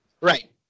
Right